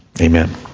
Amen